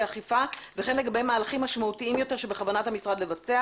האכיפה וכן לגבי מהלכים משמעותיים יותר שבכוונת המשרד לבצע.